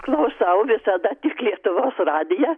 klausau visada tik lietuvos radiją